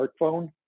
smartphone